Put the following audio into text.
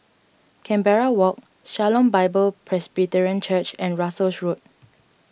Canberra Walk Shalom Bible Presbyterian Church and Russels Road